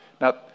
Now